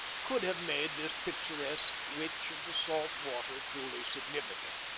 could have made this picturesque witch of the salt water truly significant,